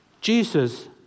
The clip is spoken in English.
Jesus